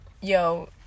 yo